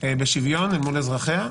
בשוויון אל מול אזרחיה.